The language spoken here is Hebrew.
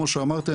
כמו שאמרתי,